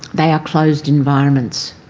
they are closed environments.